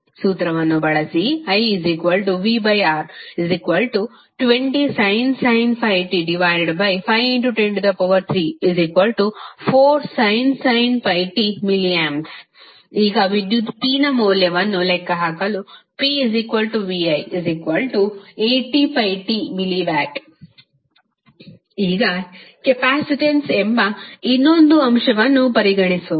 ಸೂತ್ರವನ್ನು ಬಳಸಿ ivR20sin πt 51034sin πt mA ಈಗ ವಿದ್ಯುತ್ p ನ ಮೌಲ್ಯವನ್ನು ಲೆಕ್ಕಹಾಕಲು pvi80πt mW ಈಗ ಕೆಪಾಸಿಟನ್ಸ್ ಎಂಬ ಇನ್ನೊಂದು ಅಂಶವನ್ನು ಪರಿಗಣಿಸೋಣ